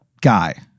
guy